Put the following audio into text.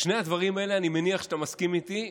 בשני הדברים האלה אני מניח שאתה מסכים איתי,